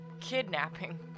Kidnapping